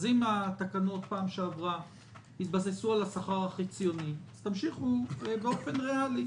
אם התקנות בפעם שעברה התבססו על השכר החציוני אז תמשיכו באופן ריאלי,